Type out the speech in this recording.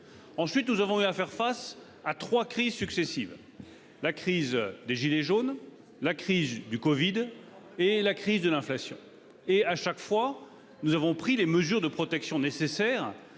Ensuite nous avons eu à faire face à 3 crises successives. La crise des gilets jaunes. La crise du Covid et la crise de l'inflation et à chaque fois, nous avons pris les mesures de protection nécessaires